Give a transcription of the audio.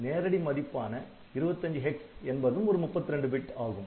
நேரடி மதிப்பான 25 என்பதும் ஒரு 32 பிட் ஆகும்